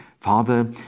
Father